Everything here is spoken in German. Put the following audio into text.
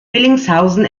willingshausen